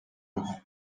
ruchu